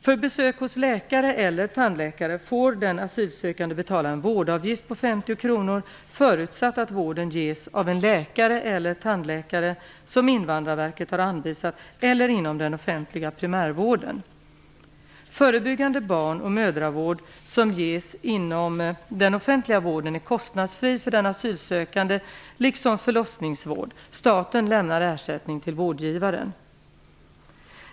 För besök hos läkare eller tandläkare får den asylsökande betala en vårdavgift på 50 kronor förutsatt att vården ges av en läkare eller tandläkare som Invandrarverket har anvisat eller inom den offentliga primärvården. Förebyggande barn och mödravård som ges inom den offentliga vården är kostnadsfri för den asylsökande liksom förlossningsvård. Staten lämnar ersättning till vårdgivaren.